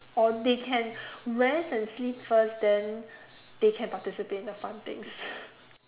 or they can rest and sleep first then they can participate in the fun things